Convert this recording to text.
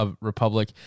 Republic